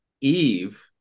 Eve